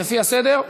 לפי הסדר?